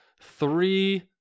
three